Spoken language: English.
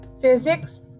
Physics